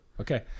Okay